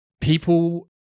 people